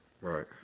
Right